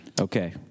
Okay